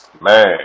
man